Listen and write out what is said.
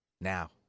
Now